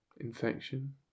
Infection